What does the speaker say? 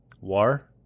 War